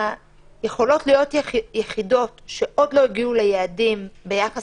אבל יכולות להיות יחידות שעוד לא הגיעו ליעדים ביחס